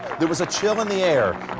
there was a chill in the air.